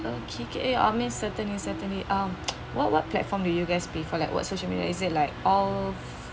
okay ~ K I mean certainly certainly um what what platform do you guys prefer like what social media is it like all